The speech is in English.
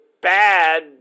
bad